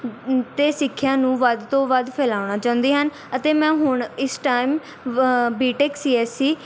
ਅਤੇ ਸਿੱਖਿਆ ਨੂੰ ਵੱਧ ਤੋਂ ਵੱਧ ਫੈਲਾਉਣਾ ਚਾਹੁੰਦੀ ਹਨ ਅਤੇ ਮੈਂ ਹੁਣ ਇਸ time B tech C S ਸੀ